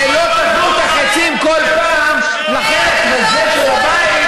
ולא תפנו את החיצים כל פעם לחלק הזה של הבית,